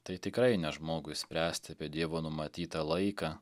tai tikrai ne žmogui spręsti apie dievo numatytą laiką